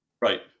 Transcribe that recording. Right